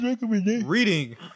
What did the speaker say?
reading